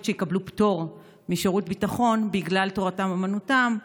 שיקבלו פטור משירות ביטחון בגלל תורתם אומנותם,